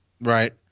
Right